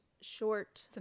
short